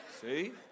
See